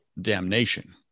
damnation